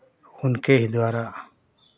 उनके ही द्वारा